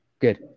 good